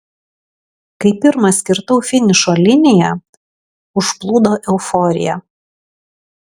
kai pirmas kirtau finišo liniją užplūdo euforija